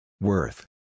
Worth